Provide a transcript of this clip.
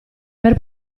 per